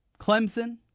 Clemson